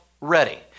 ready